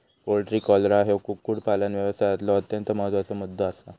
poultry cholera ह्यो कुक्कुटपालन व्यवसायातलो अत्यंत महत्त्वाचा मुद्दो आसा